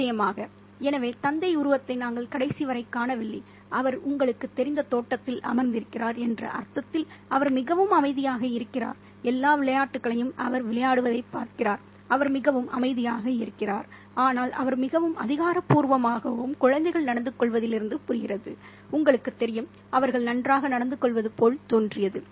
நிச்சயமாக எனவே தந்தை உருவத்தை நாங்கள் கடைசி வரை காணவில்லை அவர் உங்களுக்குத் தெரிந்த தோட்டத்தில் அமர்ந்திருக்கிறார் என்ற அர்த்தத்தில் அவர் மிகவும் அமைதியாக இருக்கிறார் எல்லா விளையாட்டுகளையும் அவர் விளையாடுவதைப் பார்க்கிறார் அவர் மிகவும் அமைதியாக இருக்கிறார் ஆனால் அவர் மிகவும் அதிகாரப்பூர்வமாகவும் குழந்தைகள்நடந்து கொள்வதிலிருந்து புரிகிறது உங்களுக்குத் தெரியும் அவர்கள் நன்றாக நடந்துகொள்வது போல் தோன்றியது